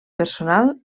personal